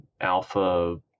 alpha